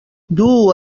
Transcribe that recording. duu